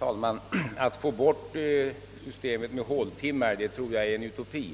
Herr talman! Att få bort systemet med håltimmar tror jag är en utopi. I